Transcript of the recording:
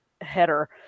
header